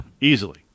Easily